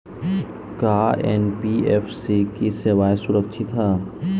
का एन.बी.एफ.सी की सेवायें सुरक्षित है?